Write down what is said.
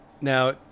Now